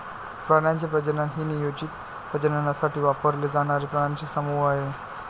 प्राण्यांचे प्रजनन हे नियोजित प्रजननासाठी वापरले जाणारे प्राण्यांचे समूह आहे